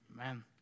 Amen